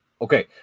Okay